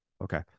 Okay